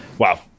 Wow